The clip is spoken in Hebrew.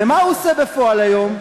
ומה הוא עושה בפועל היום?